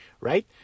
right